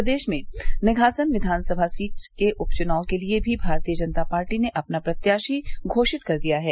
प्रदेश में निघासन विधान सभा सीट के उपचुनाव के लिए भी भारतीय जनता पार्टी ने अपना प्रत्याशी घोषित कर दिया हैं